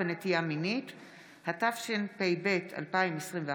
התשפ"ב 2021,